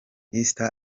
esther